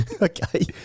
Okay